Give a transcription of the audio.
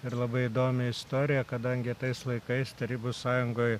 ir labai įdomią istoriją kadangi tais laikais tarybų sąjungoj